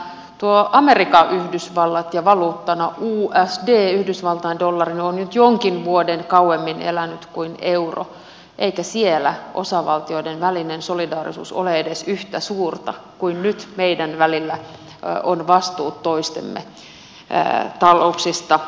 tuo amerikan yhdysvallat ja valuuttana usd yhdysvaltain dollari on nyt jonkin vuoden kauemmin elänyt kuin euro eikä siellä osavaltioiden välinen solidaarisuus ole edes yhtä suurta kuin nyt meidän välillämme ovat vastuut toistemme talouksista